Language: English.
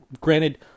granted